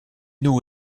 nous